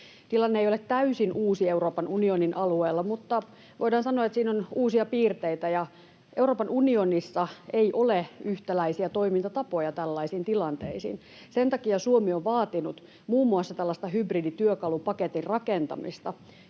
Tilanne ei ole täysin uusi Euroopan unionin alueella, mutta voidaan sanoa, että siinä on uusia piirteitä, ja Euroopan unionissa ei ole yhtäläisiä toimintatapoja tällaisiin tilanteisiin. Sen takia Suomi on vaatinut muun muassa tällaista hybridityökalupaketin rakentamista,